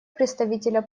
представителя